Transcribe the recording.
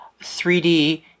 3D